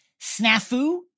Snafu